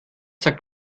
sagt